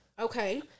Okay